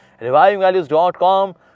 Revivingvalues.com